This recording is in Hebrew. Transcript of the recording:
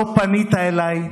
לא פנית אליי,